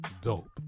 dope